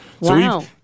Wow